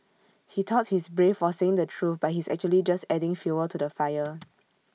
he thought he is brave for saying the truth but he is actually just adding fuel to the fire